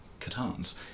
Catans